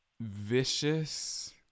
vicious